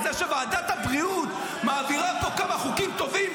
אז זה שוועדת הבריאות מעבירה פה כמה חוקים טובים,